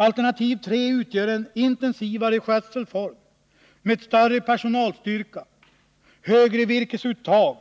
Alternativ 3 innebär en intensivare skötselform med större personalstyrka, högre virkesuttag